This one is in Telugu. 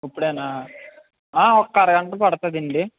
ఇప్పుడేనా ఒక్క అరగంట పడుతుంది అండి